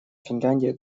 финляндия